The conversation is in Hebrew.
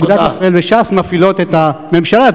אגודת ישראל וש"ס מפעילות את הממשלה,